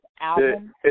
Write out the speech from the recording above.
album